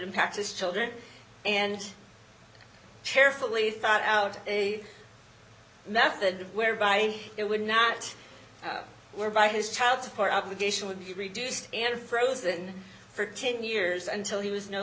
impact this children and carefully thought out a method whereby it would not whereby his child support obligation would be reduced and frozen for ten years until he was no